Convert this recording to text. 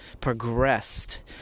progressed